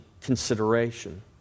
consideration